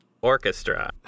Orchestra